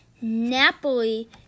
Napoli